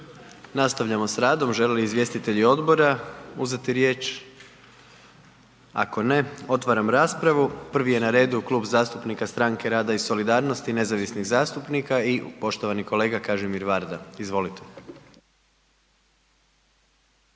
Nastavljamo s radom, žele li izvjestitelji odbora uzeti riječ? Ako ne, otvaram raspravu. Prvi je na redu Klub zastupnika Stranke rada i solidarnosti i nezavisnih zastupnika, poštovani kolega Kažimir Varda, izvolite.